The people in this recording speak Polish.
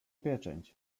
pieczęć